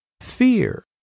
Fear